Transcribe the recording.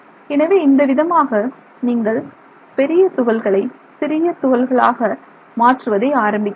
எனவே இந்த விதமாக நீங்கள் பெரிய துகள்களை சிறிய துகள்களாக மாற்றுவதை ஆரம்பிக்கலாம்